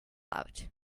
out